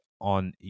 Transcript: on